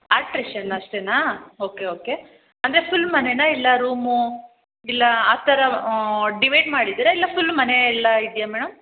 ಅಟ್ರೇಷನ್ ಅಷ್ಟೇನಾ okay okay ಅಂದರೆ full ಮನೇನ ಇಲ್ಲ ರೂಮೂ ಇಲ್ಲ ಆ ಥರ ಡಿವೈಡ್ ಮಾಡಿದ್ದೀರ ಇಲ್ಲ ಫುಲ್ ಮನೆಯೆಲ್ಲ ಇದೆಯಾ ಮೇಡಮ್